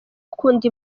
akunda